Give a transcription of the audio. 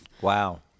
Wow